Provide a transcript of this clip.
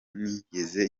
ntigeze